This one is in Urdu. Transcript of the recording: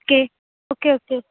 کے اوکے اوکے